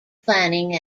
planning